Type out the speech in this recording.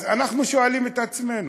אז אנחנו שואלים את עצמנו,